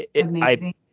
amazing